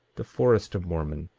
the forest of mormon,